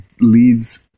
leads